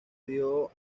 dio